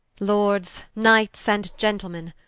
lords, knights, and gentlemen,